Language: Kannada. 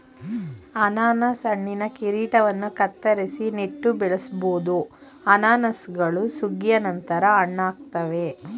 ಅನನಾಸು ಹಣ್ಣಿನ ಕಿರೀಟವನ್ನು ಕತ್ತರಿಸಿ ನೆಟ್ಟು ಬೆಳೆಸ್ಬೋದು ಅನಾನಸುಗಳು ಸುಗ್ಗಿಯ ನಂತರ ಹಣ್ಣಾಗ್ತವೆ